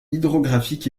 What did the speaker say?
hydrographique